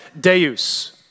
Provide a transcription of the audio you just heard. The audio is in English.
deus